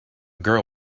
girl